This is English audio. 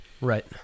Right